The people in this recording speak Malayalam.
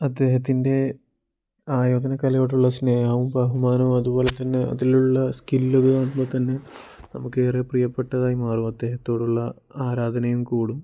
അദ്ദേഹത്തിൻ്റെ ആയോധന കലയോടുള്ള സ്നേഹവും ബഹുമാനവും അതുപോലെത്തന്നെ അതിലുള്ള സ്കില്ല് കാണുമ്പോൾത്തന്നെ നമുക്കേറെ പ്രിയപ്പെട്ടതായിമാറും അദ്ദേഹത്തോടുള്ള ആരാധനയും കൂടും